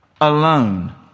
alone